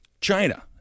China